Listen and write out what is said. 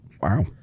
Wow